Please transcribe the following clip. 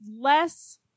less